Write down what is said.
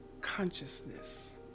consciousness